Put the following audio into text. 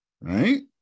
right